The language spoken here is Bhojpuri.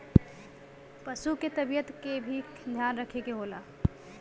पसु क तबियत के भी ध्यान रखे के होला